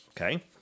Okay